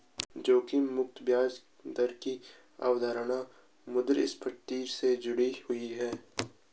जोखिम मुक्त ब्याज दर की अवधारणा मुद्रास्फति से जुड़ी हुई है